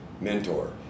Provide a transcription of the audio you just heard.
mentor